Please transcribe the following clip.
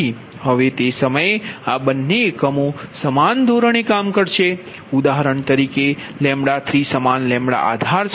હવે તે સમયે આ બંને એકમો સમાન ધોરણે કામ કરશે ઉદાહરણ તરીકે 3 સમાન λ આધારે છે